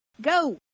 Go